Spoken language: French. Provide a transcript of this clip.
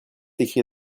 écrit